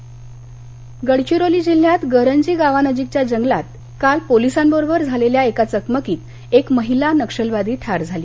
गडचिरोली गडघिरोली जिल्ह्यात गरंजी गावानजीकच्या जंगलात काल पोलिसांबरोबर झालेल्या चकमकीत एक महिला नक्षलवादी ठार झाली